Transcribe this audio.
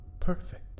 Perfect